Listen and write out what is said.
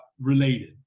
related